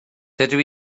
dydw